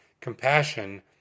Compassion